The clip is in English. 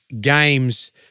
games